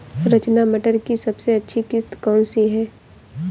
रचना मटर की सबसे अच्छी किश्त कौन सी है?